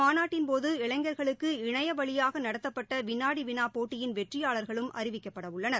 மாநாட்டின்போது இளைஞர்களுக்கு இணையவழியாக நடத்தப்பட்ட வினாடி வினா இந்த போட்டியின் வெற்றியாளர்களும் அறிவிக்கப்படவுள்ளனர்